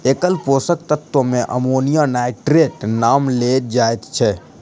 एकल पोषक तत्व मे अमोनियम नाइट्रेटक नाम लेल जाइत छै